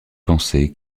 penser